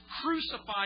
crucified